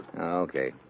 Okay